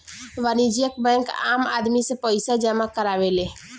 वाणिज्यिक बैंक आम आदमी से पईसा जामा करावेले